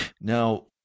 Now